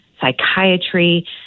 psychiatry